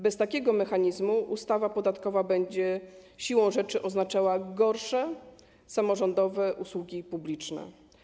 Bez takiego mechanizmu ustawa podatkowa będzie siłą rzeczy oznaczała gorsze samorządowe usługi publiczne.